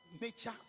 nature